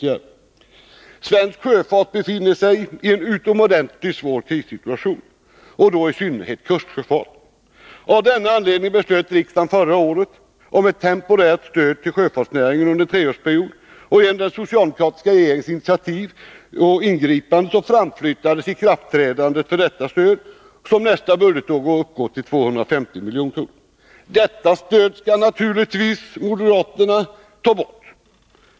Svensk sjöfart, i synnerhet kustsjöfarten, befinner sig i en utomordentligt svår krissituation. Av den anledningen fattade riksdagen förra året beslut om ett temporärt stöd till sjöfartsnäringen under en treårsperiod. Genom den socialdemokratiska regeringens initiativ och ingripande framflyttas ikraftträdandet för detta stöd, som nästa budgetår uppgår till 250 milj.kr. Detta stöd vill moderaterna naturligtvis ta bort.